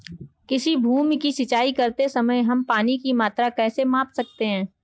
किसी भूमि की सिंचाई करते समय हम पानी की मात्रा कैसे माप सकते हैं?